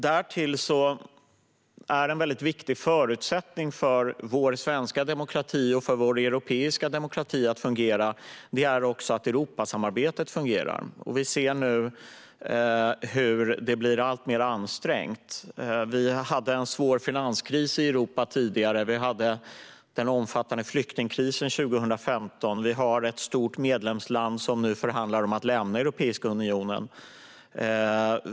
Därtill är en viktig förutsättning för att vår svenska och europeiska demokrati ska fungera att också Europasamarbetet fungerar. Vi ser nu hur det blir alltmer ansträngt. Vi hade en svår finanskris i Europa tidigare. Vi hade den omfattande flyktingkrisen 2015. Ett stort medlemsland förhandlar nu om att lämna Europeiska unionen.